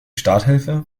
starthilfe